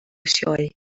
sioe